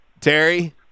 Terry